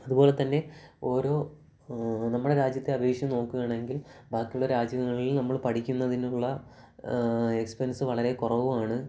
അതുപോലെ തന്നെ ഓരോ നമ്മുടെ രാജ്യത്തെ അപേക്ഷിച്ച് നോക്കുവാണെങ്കിൽ ബാക്കിയുള്ള രാജ്യങ്ങളിൽ നമ്മൾ പഠിക്കുന്നതിനുള്ള എക്സ്പെൻസ് വളരെ കുറവുമാണ്